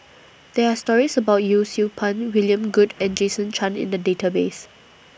There Are stories about Yee Siew Pun William Goode and Jason Chan in The Database